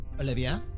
Olivia